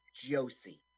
Josie